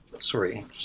sorry